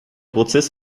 prozess